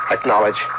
Acknowledge